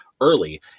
early